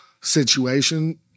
situation